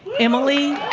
emily,